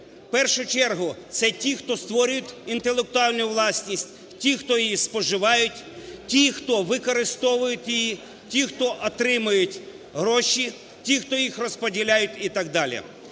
У першу чергу це ті, хто створюють інтелектуальну власність ті, хто її споживають, ті, хто використовують, ті, хто отримують гроші, ті, хто їх розподіляють і так далі.